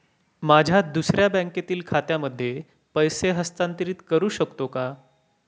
माझ्या दुसऱ्या बँकेतील खात्यामध्ये पैसे हस्तांतरित करू शकतो का?